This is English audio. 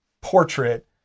portrait